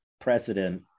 precedent